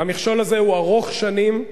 המכשול הזה הוא ארוך שנים,